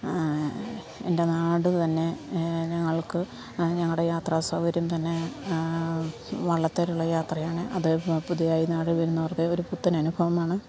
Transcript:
എൻ്റെ നാട് തന്നെ ഞങ്ങൾക്ക് ഞങ്ങളുടെ യാത്രാ സൗകര്യം തന്നെ വള്ളത്തിലുള്ള യാത്രയാണ് അത് പുതിയതായി നാടിൽ വരുന്നവർക്ക് ഒരു പുത്തൻ അനുഭവമാണ്